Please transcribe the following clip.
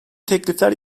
teklifler